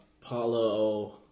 Paulo